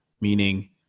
meaning